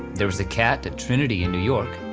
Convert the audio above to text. there was a cat at trinity in new york,